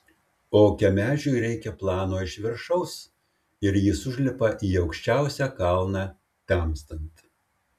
o kemežiui reikia plano iš viršaus ir jis užlipa į aukščiausią kalną temstant